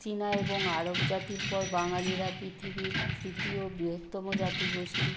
চীনা এবং আরব জাতির পর বাঙালিরা পৃথিবীর তৃতীয় বৃহত্তম জাতিগোষ্ঠী